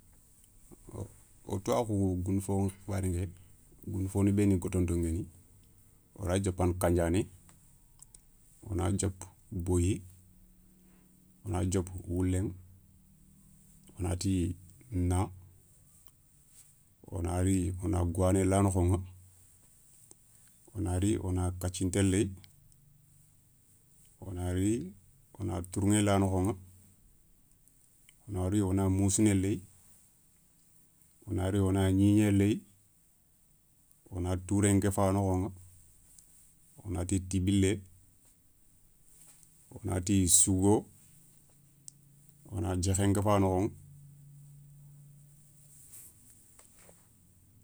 Wo tuwaakhou, goundou fo nxibarenke goundoufoni beeni gotonton guéni woraye diopana kandiané, wona diopa boyi, wona diopa woulén, wonati na, wonari wona gouwané la noxoηa, wona ri wona kathinté léye, wonari wona tourηé la nokhoηa, wona ri wona moussouné léye, wonari wona gnigné léye, wona touré nkeufa nokhoηa, wonati tibilé, wonati sougo, wona diékhé nkeufa nokhoηa.